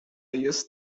jest